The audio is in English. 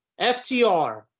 FTR